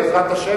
בעזרת השם.